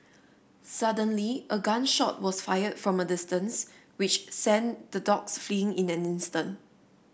suddenly a gun shot was fired from a distance which sent the dogs fleeing in an instant